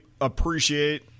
appreciate